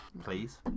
please